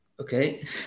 Okay